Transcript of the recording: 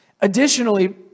Additionally